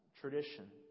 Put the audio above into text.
tradition